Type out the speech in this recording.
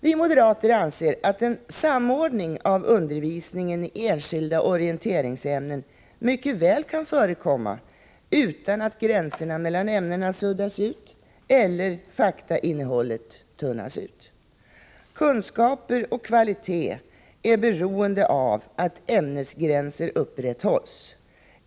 Vi moderater anser att en samordning av undervisningen i enskilda orienteringsämnen mycket väl kan förekomma utan att gränserna mellan ämnena suddas ut eller faktainnehållet tunnas ut. Kunskaper och kvalitet är beroende av att ämnesgränser upprätthålls.